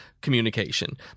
communication